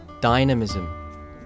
dynamism